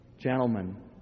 Gentlemen